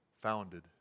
founded